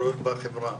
תחרויות בחברה.